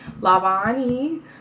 Lavani